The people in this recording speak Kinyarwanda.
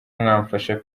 mwamfasha